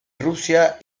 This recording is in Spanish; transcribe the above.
rusia